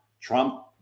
Trump